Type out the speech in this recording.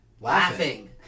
Laughing